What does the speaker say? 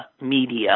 media